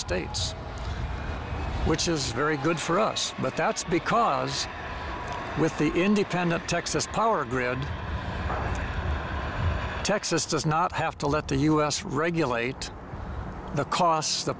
states which is very good for us but that's because with the independent texas power grid texas does not have to let the us regulate the costs the